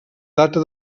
data